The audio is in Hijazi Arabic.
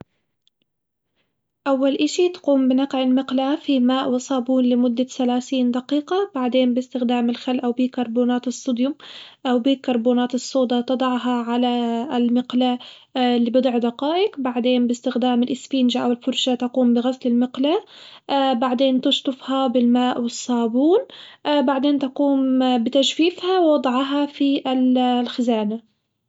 أول إشي تقوم بنقع المقلاة في ماء وصابون لمدة ثلاثين دقيقة، بعدين باستخدام الخل أو بيكربونات الصوديوم أو بيكربونات الصودا تضعها على المقلاة لبضع دقائق بعدين باستخدام الأسفنجة أو الفرشاة تقوم بغسل المقلاة بعدين تشطفها والصابون بعدين تقوم بتجفيفها ووضعها في ال الخزانة.